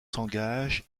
s’engage